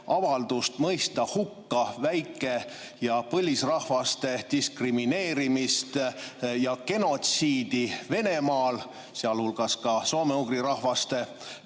avaldust mõista hukka väike- ja põlisrahvaste diskrimineerimist ja genotsiidi Venemaal, sealhulgas ka soome-ugri rahvaste